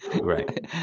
Right